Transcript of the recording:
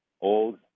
old